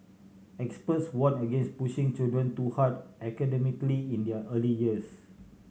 experts warn against pushing children too hard academically in their early years